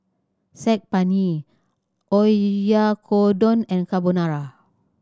Saag Paneer Oyakodon and Carbonara